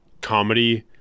comedy